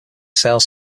sales